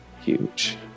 Huge